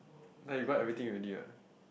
that you got everything ready ah